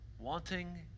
Wanting